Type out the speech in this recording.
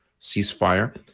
ceasefire